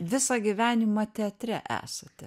visą gyvenimą teatre esate